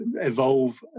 evolve